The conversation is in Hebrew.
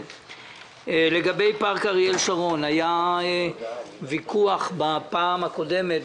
על פארק אריאל שרון היה ויכוח בפעם הקודמת,